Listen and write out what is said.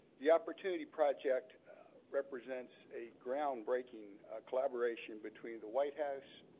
the opportunity project represents a groundbreaking collaboration between the white house,